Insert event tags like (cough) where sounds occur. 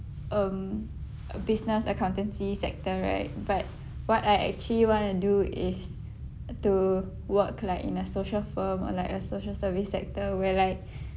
um a business accountancy sector right but what I actually wanna do is to work like in a social firm or like a social service sector where like (breath)